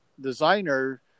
designer